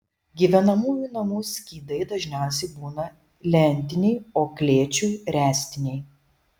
gyvenamųjų namų skydai dažniausiai būna lentiniai o klėčių ręstiniai